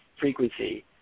frequency